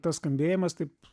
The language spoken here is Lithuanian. tas skambėjimas taip